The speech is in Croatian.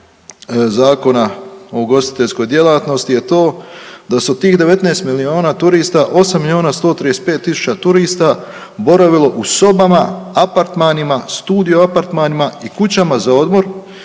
dopune Zakona o ugostiteljskoj djelatnosti, je to da su od tih 19 milijuna turista 8 milijuna 135 tisuća turista boravilo u sobama, apartmanima, studio apartmanima i kućama za odmor